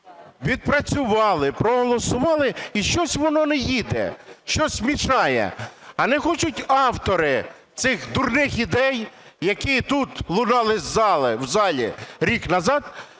відпрацювали, проголосували і щось воно не їде, щось мешает, а не хочуть автори цих дурних ідей, які тут лунали в залі рік назад,